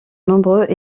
nombreux